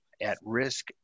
at-risk